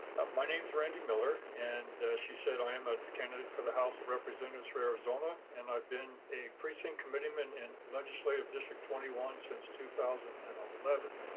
my name's randy miller, and she said i am a candidate for the house of representatives for arizona and i've been a precinct committeeman in legislative district twenty one since two thousand and eleven.